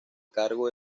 cargo